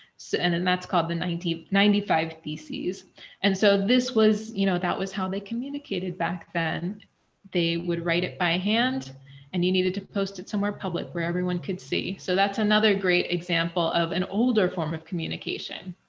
so, and that's called the ninety ninety five theses and so this was, you know, that was how they communicated back then they would write it by hand and you needed to post it somewhere public where everyone could see. so that's another great example of an older form of communication.